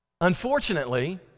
Unfortunately